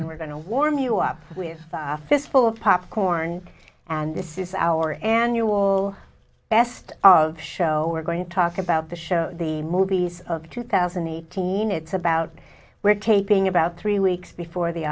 and we're going to warm you up with a fistful of popcorn and this is our annual best of show we're going to talk about the show the movies of two thousand and eighteen it's about we're taping about three weeks before the